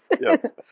Yes